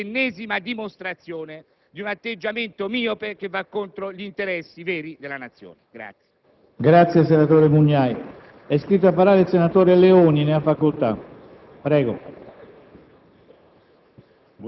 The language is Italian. dell'ennesima dimostrazione di un atteggiamento miope che va contro gli interessi veri della Nazione.